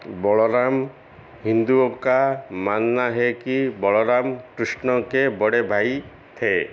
बलराम हिंदुओं का मानना है कि बलराम कृष्ण के बड़े भाई थे